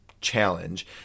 challenge